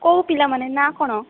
କେଉଁ ପିଲାମାନେ ନାଁ କ'ଣ